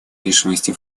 решимости